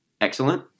excellent